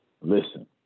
Listen